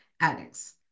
addicts